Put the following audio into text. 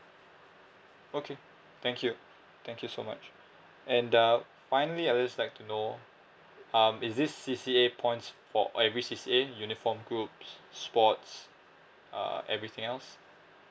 okay thank you thank you so much and uh finally I'd just like to know um is this C_C_A points for every C_C_A uniform groups sports uh everything else